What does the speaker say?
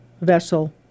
vessel